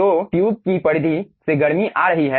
तो ट्यूब की परिधि से गर्मी आ रही है